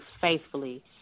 faithfully